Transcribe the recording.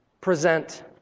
Present